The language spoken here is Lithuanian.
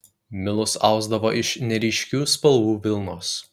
milus ausdavo iš neryškių spalvų vilnos